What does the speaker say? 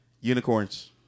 Unicorns